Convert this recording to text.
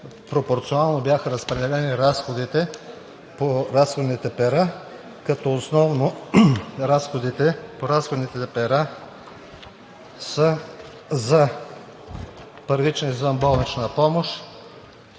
пропорционално бяха разпределени разходите по разходните пера, като основно разходните пера са за първична извънболнична помощ,